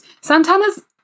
Santana's